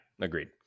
agreed